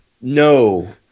No